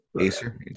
Acer